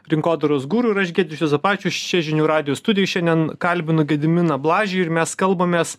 rinkodaros guru ir aš giedrius juozapavičius čia žinių radijo studijoj šiandien kalbinu gediminą blažį ir mes kalbamės